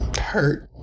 hurt